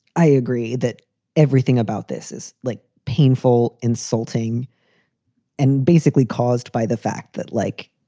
i agree that everything about this is like painful, insulting and basically caused by the fact that, like,